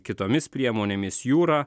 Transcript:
kitomis priemonėmis jūra